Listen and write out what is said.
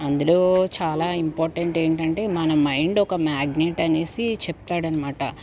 అందులో చాలా ఇంపార్టెంట్ ఏంటంటే మన మైండ్ ఒక మ్యాగ్నెట్ అనేసి చెప్తాడనమాట